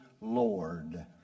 Lord